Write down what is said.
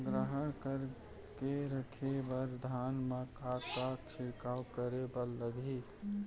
संग्रह करके रखे बर धान मा का का छिड़काव करे बर लागही?